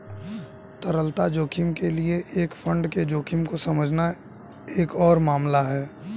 तरलता जोखिम के लिए एक फंड के जोखिम को समझना एक और मामला है